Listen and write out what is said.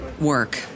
work